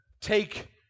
take